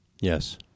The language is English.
Yes